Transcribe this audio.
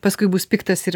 paskui bus piktas ir